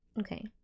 Okay